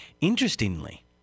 interestingly